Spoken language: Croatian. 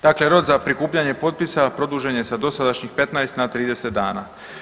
Dakle rok za prikupljanje potpisa produžen je sa dosadašnjih 15 na 30 dana.